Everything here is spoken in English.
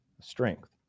strength